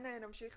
נמשיך